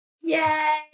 Yay